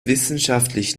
wissenschaftlich